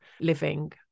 living